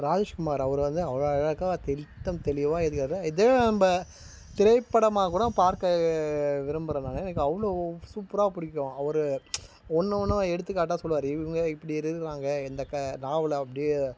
ராஜேஷ்குமார் அவர் வந்து அவ்வளோ அழகாக தெளித்தம் தெளிவாக எழுதிருகிறாரு இது நம்ப திரைப்படமாக கூட பார்க்க விரும்புகிறேன் நான் எனக்கு அவ்வளோ சூப்பராக பிடிக்கும் அவர் ஒன்றும் ஒன்றும் எடுத்துக்காட்டாக சொல்லுவார் இவங்க இப்படி இருக்கிறாங்க இந்த க நாவல் அப்படி